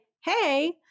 hey